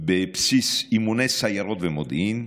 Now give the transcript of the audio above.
בבסיס אימוני סיירות ומודיעין,